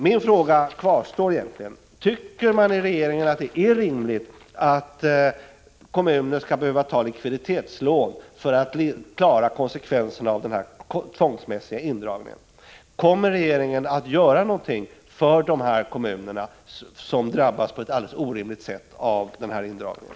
Min fråga kvarstår: Tycker man i regeringen att det är rimligt att kommuner skall behöva ta likviditetslån för att klara konsekvenserna av den här tvångsmässiga indragningen? Kommer regeringen att göra någonting för de kommuner som drabbas på ett alldeles orimligt sätt av den här indragningen?